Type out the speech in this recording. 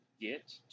get